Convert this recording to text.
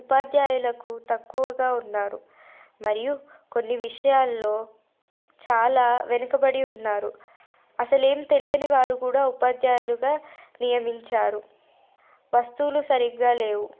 ఉపాధ్యాయులకు తక్కువగా ఉన్నారు మరియు కొన్ని విషయాల్లో చాలా వెనుకబడి ఉన్నారు అసలేం తెలియని వారు కూడా ఉపాధ్యాయులుగా నియమించారు వస్తువులు సరిగ్గా లేవు